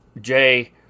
Jay